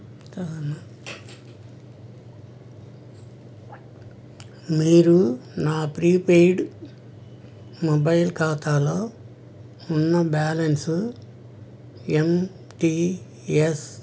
మీరు నా prepaid mobile ఖాతాలో ఉన్న బ్యాలెన్సు ఎం టీ ఎస్